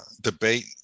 debate